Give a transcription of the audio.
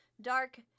dark